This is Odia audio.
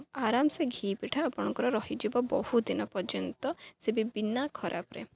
ଆରାମସେ ଘିଅ ପିଠା ଆପଣଙ୍କର ରହିଯିବ ବହୁ ଦିନ ପର୍ଯ୍ୟନ୍ତ ସେ ବି ବିନା ଖରାପରେ